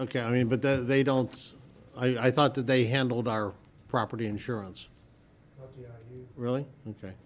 ok i mean but that they don't i thought that they handled our property insurance really ok